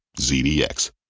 ZDX